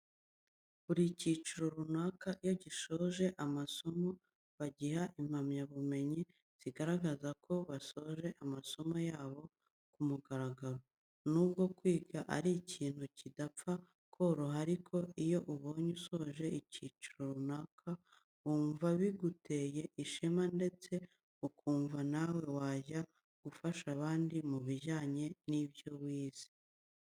Buri cyiciro runaka iyo gisoje amasomo bagiha impamyabumenyi zigaragaza ko basoje amasomo yabo ku mugaragaro. Nubwo kwiga ari ikintu kidapfa koroha ariko iyo ubonye usoje icyiciro runaka wumva biguteye ishema ndetse ukumva nawe wajya gufasha abandi mu bijyanye n'ibyo wize.